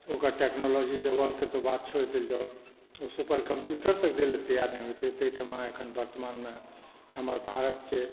ओकर टेक्नोलॉजी देबऽकेंँ तऽ बात छोड़ि देल जाउ ओ सुपर कम्प्युटर दै लए नहि तैयार होइत रहै एहिठामा एखन वर्तमानमे हमर भारतकेँ